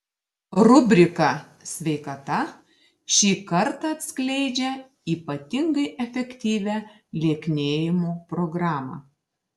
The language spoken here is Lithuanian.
rubrika sveikata šį kartą atskleidžia ypatingai efektyvią lieknėjimo programą